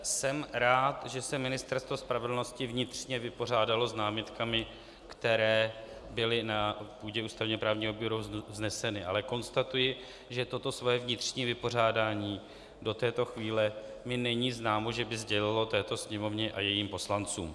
Jsem rád, že se Ministerstvo spravedlnosti vnitřně vypořádalo s námitkami, které byly na půdě ústavněprávního výboru vzneseny, ale konstatuji, že toto své vnitřní vypořádání do této chvíle mi není známo, že by sdělilo této Sněmovně a jejím poslancům.